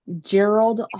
Gerald